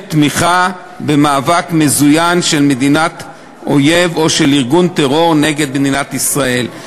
תמיכה במאבק מזוין של מדינת אויב או של ארגון טרור נגד מדינת ישראל.